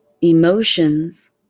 emotions